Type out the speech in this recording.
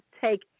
take